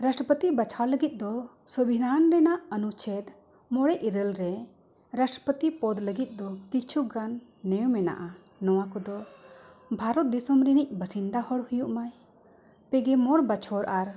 ᱨᱟᱥᱴᱨᱚᱯᱟᱹᱛᱤ ᱵᱟᱪᱷᱟᱣ ᱞᱟᱹᱜᱤᱫ ᱫᱚ ᱥᱚᱝᱵᱤᱫᱷᱟᱱ ᱨᱮᱱᱟᱜ ᱟᱹᱱᱩᱪᱷᱮᱫ ᱢᱚᱬᱮ ᱤᱨᱟᱹᱞ ᱨᱮ ᱨᱟᱥᱴᱨᱚᱯᱟᱹᱛᱤ ᱯᱚᱫ ᱞᱟᱹᱜᱤᱫ ᱫᱚ ᱠᱤᱪᱷᱩ ᱜᱟᱱ ᱱᱤᱭᱚᱢ ᱢᱮᱱᱟᱜᱼᱟ ᱱᱚᱣᱟ ᱠᱚᱫᱚ ᱵᱷᱟᱨᱚᱛ ᱫᱤᱥᱚᱢ ᱨᱤᱱᱤᱡ ᱵᱟᱥᱤᱱᱫᱟ ᱦᱚᱲ ᱦᱩᱭᱩᱜ ᱢᱟ ᱯᱮᱜᱮ ᱢᱚᱬ ᱵᱚᱪᱷᱚᱨ ᱟᱨ